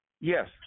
Yes